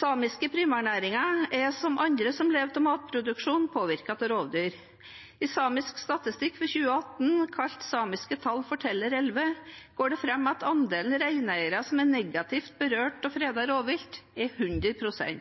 Samiske primærnæringer er, som andre som lever av matproduksjon, påvirket av rovdyr. I samisk statistikk for 2018, Samiske tall forteller 11, går det fram at andelen reineiere som er negativt berørt av fredet rovvilt, er